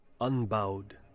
unbowed